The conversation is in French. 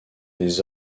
des